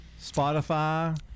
Spotify